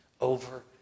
over